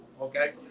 Okay